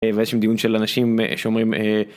ויש לי דיון של אנשים שאומרים.